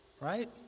Right